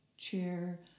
chair